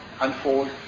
unfold